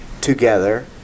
together